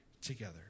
together